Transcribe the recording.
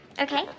Okay